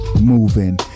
moving